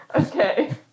Okay